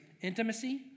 intimacy